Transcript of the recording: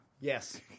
Yes